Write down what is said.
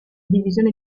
divisione